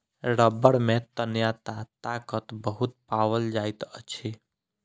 रबड़ में तन्यता ताकत बहुत पाओल जाइत अछि